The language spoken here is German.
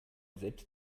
selbst